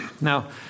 Now